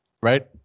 right